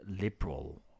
liberal